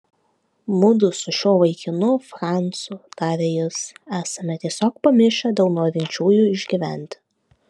mudu su šiuo vaikinu francu tarė jis esame tiesiog pamišę dėl norinčiųjų išgyventi